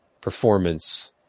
performance